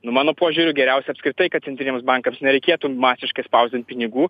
nu mano požiūriu geriausia apskritai kad centriniams bankams nereikėtų masiškai spausdint pinigų